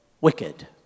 wicked